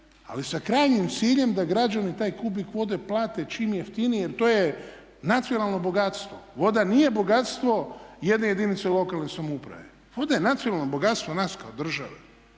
ali sa krajnjim ciljem da građani taj kubik vode plate čim jeftinije jer to je nacionalno bogatstvo. Voda nije bogatstvo jedne jedinice lokalne samouprave. Voda je nacionalno bogatstvo nas kao države.